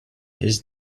his